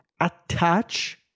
attach